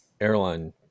airline